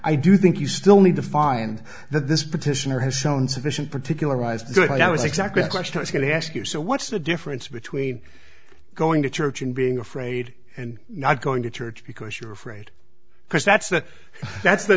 i do think you still need to find that this petitioner has shown sufficient particularized good that was exactly the question i was going to ask you so what's the difference between going to church and being afraid and not going to church because you're afraid because that's the that's the